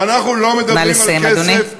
ואנחנו לא מדברים על כסף, נא לסיים, אדוני.